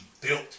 built